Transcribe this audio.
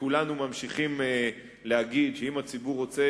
וכולנו ממשיכים להגיד שאם הציבור רוצה